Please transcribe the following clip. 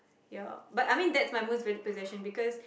ya but that is my most valued possession because that